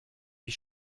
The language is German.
wie